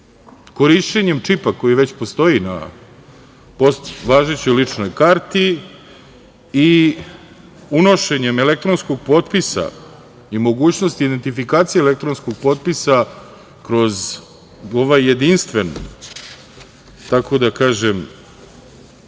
Korišćenjem čipa koji već postoji na važećoj ličnoj karti i unošenjem elektronskog potpisa i mogućnosti identifikacije elektronskog potpisa kroz ovaj jedinstven predmet nam